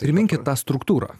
priminkit tą struktūrą